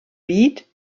beat